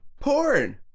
porn